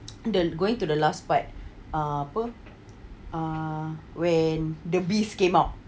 the going to the last part ah apa uh when the beast came out